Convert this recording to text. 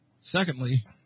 Secondly